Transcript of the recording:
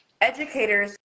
educators